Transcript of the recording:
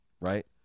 right